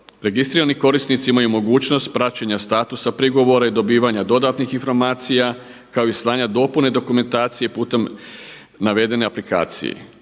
Registrirani korisnici imaju mogućnost praćenja statusa pregovora i dobivanja dodatnih informacija kao i slanja dopune dokumentacije putem navedene aplikacije.